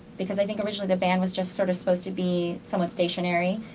because i think originally the band was just sort of supposed to be somewhat stationary.